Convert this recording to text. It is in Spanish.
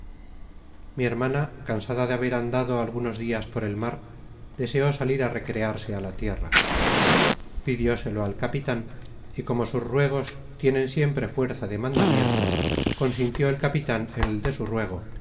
mi hermana cansada de haber andado algunos dias por el mar deseó salir á recrearse á la tierra pidióselo al capitan y como sus ruegos tienen siempre fuerza de mandamiento consintió el capitan en el de su ruego